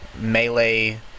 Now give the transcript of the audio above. melee